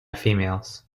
females